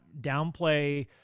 downplay